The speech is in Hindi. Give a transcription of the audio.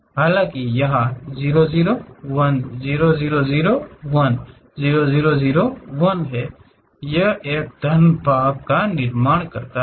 हालांकि यहाँ यह 0 0 1 0 0 0 1 0 0 0 1 है यह एक घनाभ का निर्माण कर सकता है